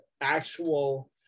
actual